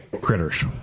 critters